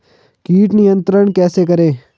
कीट नियंत्रण कैसे करें?